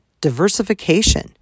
diversification